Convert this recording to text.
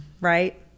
Right